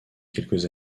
quelques